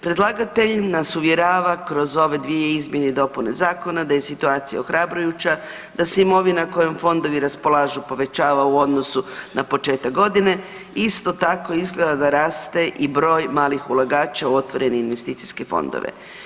Predlagatelj nas uvjerava kroz ove dvije izmjene i dopune zakona da je situacija ohrabrujuća, da se imovina kojom fondovi raspolažu povećava u odnosu na početak godine, isto tako izgleda da raste i broj malih ulagača u otvorene investicijske fondove.